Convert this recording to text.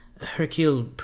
Hercule